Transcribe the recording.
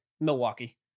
Milwaukee